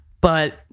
But-